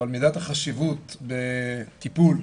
אבל מידת החשיבות בטיפול,